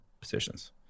positions